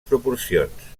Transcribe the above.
proporcions